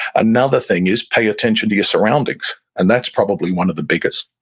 another thing is pay attention to your surroundings. and that's probably one of the biggest.